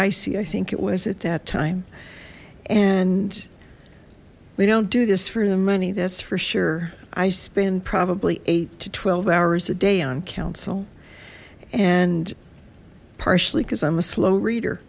i see i think it was at that time and we don't do this for the money that's for sure i spend probably eight to twelve hours a day on council and partially because i'm a slow reader